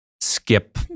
skip